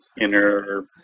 inner